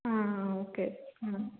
ಹಾಂ ಹಾಂ ಓಕೆ ಹ್ಞೂ